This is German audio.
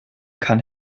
kann